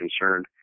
concerned